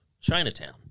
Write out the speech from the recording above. Chinatown